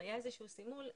אם היה איזשהו סימול,